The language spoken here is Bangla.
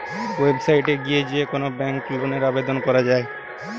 ওয়েবসাইট এ গিয়ে যে কোন ব্যাংকে লোনের আবেদন করা যায়